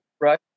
Right